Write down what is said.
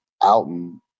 Alton